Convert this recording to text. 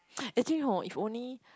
actually hor if only